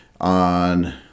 on